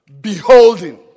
Beholding